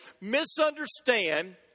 misunderstand